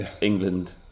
England